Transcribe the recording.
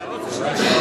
לא תירוצים.